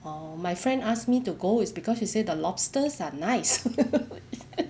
orh my friend asked me to go is because she say the lobsters are nice